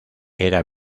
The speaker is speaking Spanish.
era